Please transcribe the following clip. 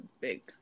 big